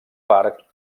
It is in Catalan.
part